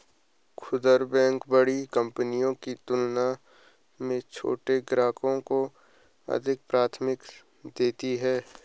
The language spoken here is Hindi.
खूदरा बैंक बड़ी कंपनियों की तुलना में छोटे ग्राहकों को अधिक प्राथमिकता देती हैं